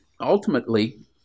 ultimately